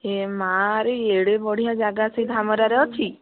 ହେ ମାଆରେ ଏଡ଼େ ବଢ଼ିଆ ଜାଗା ସେ ଧାମରାରେ ଅଛି